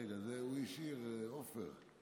רגע, את זה הוא השאיר, עופר.